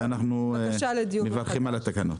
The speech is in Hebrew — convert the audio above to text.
לדיון מחדש ואנחנו מברכים על התקנות.